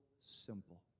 simple